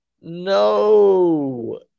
No